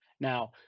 Now